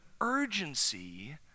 urgency